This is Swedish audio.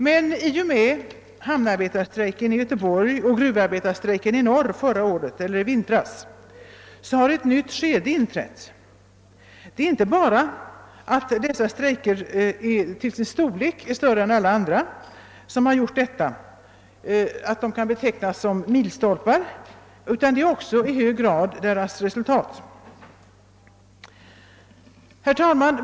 Men i och med hamnarbetarstrejken i Göteborg och gruvarbetarstrejken i norr i vintras har ett nytt skede inträtt. Det är inte bara att dessa strejker varit större än alla andra som gjort att de kan betecknas som milstolpar, utan också i hög grad deras resultat. Herr talman!